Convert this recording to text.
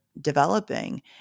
developing